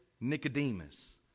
Nicodemus